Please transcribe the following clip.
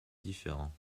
différents